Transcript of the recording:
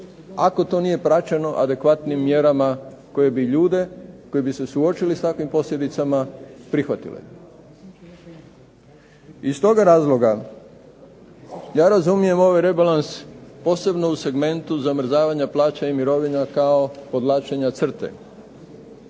ako to nije praćeno adekvatnim mjerama koji bi ljude koji bi se suočili s takvim posljedicama prihvatili. I iz toga razloga ja razumijem ovaj rebalans posebno u segmentu zamrzavanja plaća i mirovina kao podvlačenja crte.